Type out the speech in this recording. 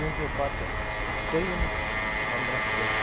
ژوٗنٛٹھٮ۪و پتہٕ دوٚیِمِس نَمبرَس پٮ۪ٹھ